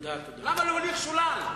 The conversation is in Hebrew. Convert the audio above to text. למה להוליך שולל?